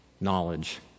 knowledge